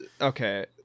okay